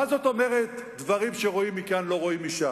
מה זאת אומרת "דברים שרואים מכאן לא רואים משם"?